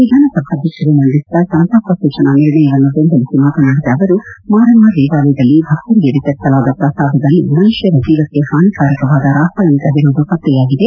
ವಿಧಾನಸಭಾಧ್ಯಕ್ಷರು ಮಂಡಿಸಿದ ಸಂತಾಪ ಸೂಚನಾ ನಿರ್ಣಯವನ್ನು ಬೆಂಬಲಿಸಿ ಮಾತನಾಡಿದ ಅವರು ಮಾರಮ್ಮ ದೇವಾಲಯದಲ್ಲಿ ಭಕ್ತರಿಗೆ ವಿತರಿಸಲಾದ ಪ್ರಸಾದದಲ್ಲಿ ಮನಷ್ಯರ ಜೀವಕ್ಕೆ ಹಾನಿಕಾರಕವಾದ ರಾಸಾಯನಿಕ ವಿರುವುದು ಪತ್ತೆಯಾಗಿದೆ